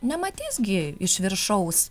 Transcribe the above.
nematys gi iš viršaus